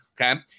Okay